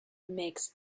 makes